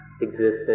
existence